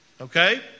Okay